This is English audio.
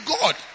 God